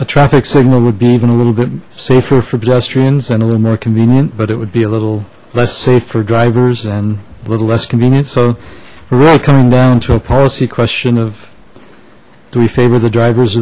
a traffic signal would be even a little bit safer for pedestrians and a little more convenient but it would be a little less safe for drivers and a little less convenient so we're coming down to a policy question of do we favor the drivers